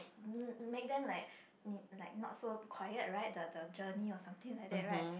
m~ make them like n~ not so quiet right the the journey or something like that right